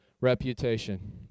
reputation